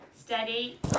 Steady